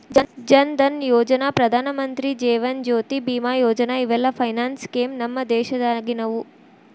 ಜನ್ ಧನಯೋಜನಾ, ಪ್ರಧಾನಮಂತ್ರಿ ಜೇವನ ಜ್ಯೋತಿ ಬಿಮಾ ಯೋಜನಾ ಇವೆಲ್ಲ finance scheme ನಮ್ ದೇಶದಾಗಿನವು